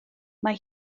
mae